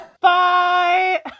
Bye